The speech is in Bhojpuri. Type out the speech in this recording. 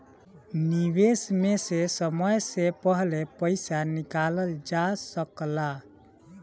निवेश में से समय से पहले पईसा निकालल जा सेकला?